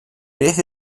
beth